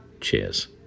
Cheers